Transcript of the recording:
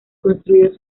construidos